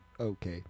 Okay